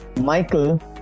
Michael